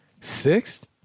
sixth